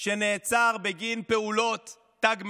שנעצר בגין פעולות תג מחיר,